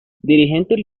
dirigente